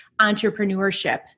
entrepreneurship